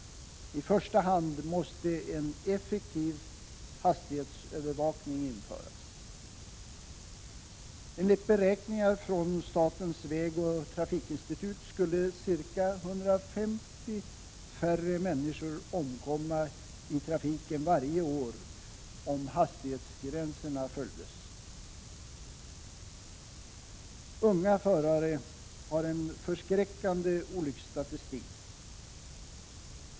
I första hand måste en effektiv hastighetsövervakning införas. Enligt beräkningar från statens vägoch trafikinstitut skulle ca 150 människor färre omkomma i trafiken varje år om hastighetsgränserna följdes. Unga förare har en förskräckande olycksstatistik.